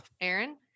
Aaron